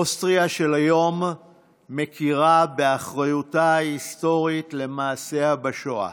אוסטריה של היום מכירה באחריותה ההיסטורית למעשיה בשואה.